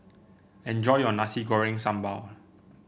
enjoy your Nasi Goreng Sambal